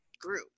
group